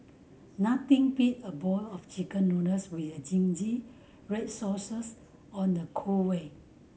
nothing beat a bowl of Chicken Noodles with zingy red sauces on a cold way